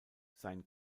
sein